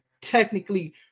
technically